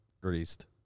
greased